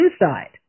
inside